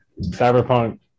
Cyberpunk